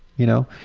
you know.